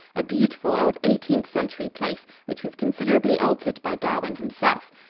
a beautiful old eighteenth century place which was considerably altered by darwin himself.